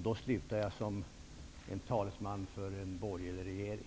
Då slutar jag som talesman för en borgerlig regering.